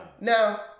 Now